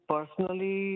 Personally